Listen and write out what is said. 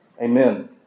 Amen